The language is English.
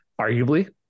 arguably